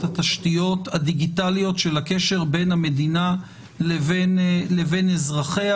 התשתיות הדיגיטליות של הקשר בין המדינה לבין אזרחיה.